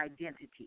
identity